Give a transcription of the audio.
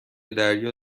دریا